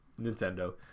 Nintendo